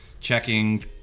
checking